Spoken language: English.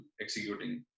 executing